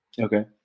Okay